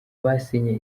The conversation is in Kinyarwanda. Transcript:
basinye